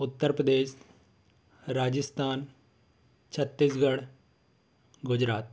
Uttar Pradesh Rajasthan Chhattisgarh Gujarat